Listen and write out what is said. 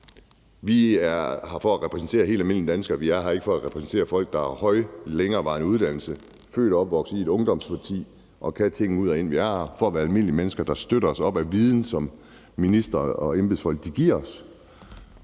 er her for at repræsentere helt almindelige danskere; vi er her ikke for at repræsentere folk, der har høje længerevarende uddannelser, som er født og opvokset i et ungdomsparti og kan tingene ud og ind. Vi er her som almindelige mennesker, der læner os op ad den viden, som ministre og embedsfolk giver os.